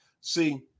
See